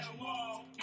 wall